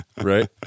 Right